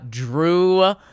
Drew